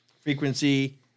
frequency